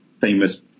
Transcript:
famous